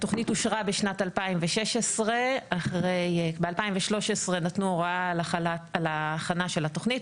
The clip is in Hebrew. התוכנית אושרה בשנת 2016. ב-2013 נתנו הוראה להכנה של התוכנית.